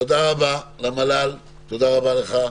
תודה רבה למל"ל, תודה רבה לך.